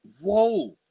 whoa